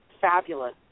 fabulous